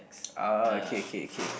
ah okay okay okay